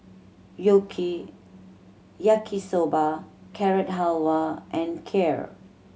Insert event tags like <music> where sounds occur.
<unintelligible> Yaki Soba Carrot Halwa and Kheer